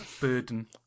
burden